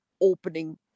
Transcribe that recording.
opening